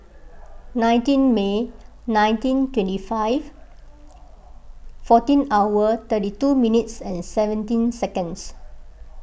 nineteen May nineteen twenty five fourteen hour thirty two minutes and seventeen seconds